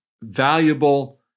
valuable